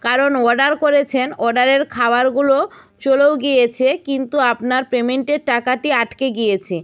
কারণ অর্ডার করেছেন অর্ডারের খাবারগুলো চলেও গিয়েছে কিন্তু আপনার পেমেন্টের টাকাটি আটকে গিয়েছে